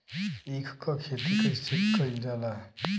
ईख क खेती कइसे कइल जाला?